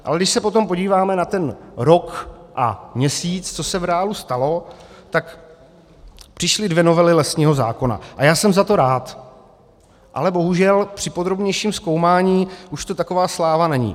Ale když se potom podíváme na ten rok a měsíc, co se v reálu stalo, tak přišly dvě novely lesního zákona, a já jsem za to rád, ale bohužel při podrobnějším zkoumání už to taková sláva není.